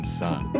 son